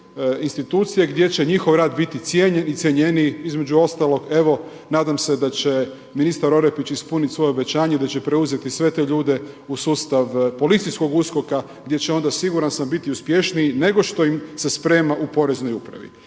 institucije gdje će njihov rad biti cijenjen i cjenjeniji između ostalog evo, nadam se da će ministar Orepić ispuniti svoje obećanje, da će preuzeti sve te ljude u sustav policijskog USKOK-a gdje će onda siguran sam biti uspješniji nego što im se sprema u poreznoj upravi.